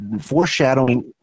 foreshadowing